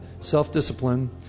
self-discipline